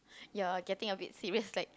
you're getting a bit serious like